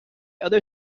other